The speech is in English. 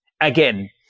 again